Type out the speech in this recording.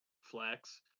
flex